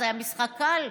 זה היה משחק קל'.